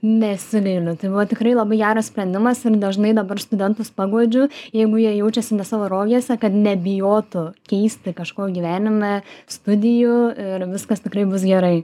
nesigailiu tai buvo tikrai labai geras sprendimas ir dažnai dabar studentus paguodžiu jeigu jie jaučiasi ne savo rogėse kad nebijotų keisti kažko gyvenime studijų ir viskas tikrai bus gerai